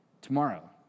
tomorrow